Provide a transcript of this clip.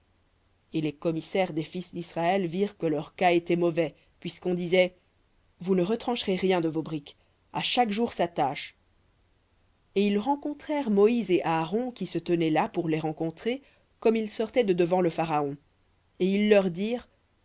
et les commissaires des fils d'israël virent que leur cas était mauvais puisqu'on disait vous ne retrancherez rien de vos briques à chaque jour sa tâche et ils rencontrèrent moïse et aaron qui se tenaient là pour les rencontrer comme ils sortaient de devant le pharaon et ils leur dirent